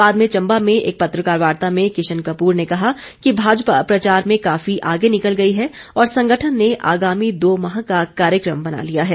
बाद में चम्बा में एक पत्रकार वार्ता में किशन कप्र ने कहा कि भाजपा प्रचार में काफी आगे निकल गई है और संगठन ने आगामी दो माह का कार्यक्रम बना लिया है